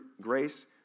grace